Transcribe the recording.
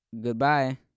goodbye